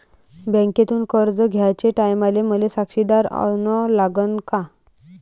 बँकेतून कर्ज घ्याचे टायमाले मले साक्षीदार अन लागन का?